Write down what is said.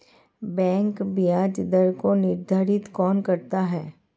Bank ब्याज दर को निर्धारित कौन करता है?